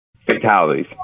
fatalities